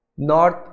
north